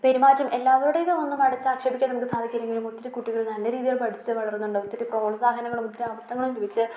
പെരുമാറ്റം എല്ലവരുടെതും ഒന്നും അടച്ചാക്ഷേപിക്കാൻ നമുക്ക് സാധിക്കില്ലെങ്കിലും ഒത്തിരി കുട്ടികൾ നല്ല രീതിയിൽ പഠിച്ചുവളരുന്നുണ്ട് ഒത്തിരി പ്രോത്സാഹനങ്ങളും ഒത്തിരി അവസരങ്ങളും ലഭിച്ച്